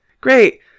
great